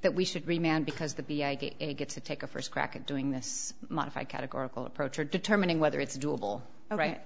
that we should remain because the b i get to take a first crack at doing this modify categorical approach for determining whether it's doable right